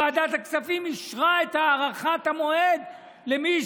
ועדת הכספים אישרה את הארכת המועד למי